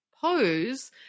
pose